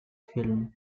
film